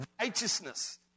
righteousness